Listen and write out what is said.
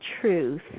truth